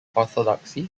orthodoxy